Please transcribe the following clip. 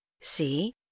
See